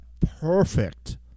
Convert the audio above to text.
perfect